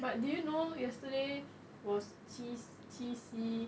but did you know yesterday was 七七夕